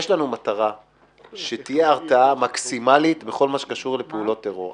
יש לנו מטרה שתהיה הרתעה מקסימלית בכל מה שקשור לפעולות טרור.